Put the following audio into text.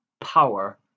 power